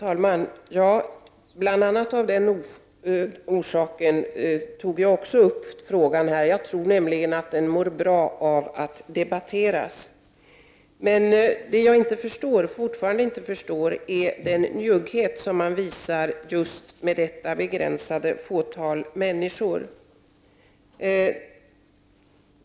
Herr talman! Bl.a. av den orsaken tog jag upp denna fråga. Jag tror att frågan mår bra av att debatteras. Men jag förstår fortfarande inte den njugghet man visar just detta begränsade antal människor.